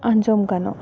ᱟᱸᱡᱚᱢ ᱜᱟᱱᱚᱜᱼᱟ